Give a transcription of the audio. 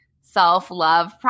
self-love